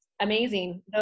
amazing